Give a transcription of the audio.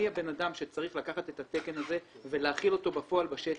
אני האדם שצריך לקחת את התקן הזה ולהחיל אותו בפועל בשטח.